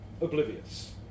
oblivious